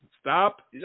Stop